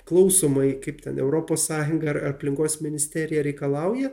klausomai kaip ten europos sąjunga ar aplinkos ministerija reikalauja